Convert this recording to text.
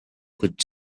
could